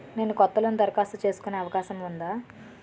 నేను కొత్త లోన్ దరఖాస్తు చేసుకునే అవకాశం ఉందా?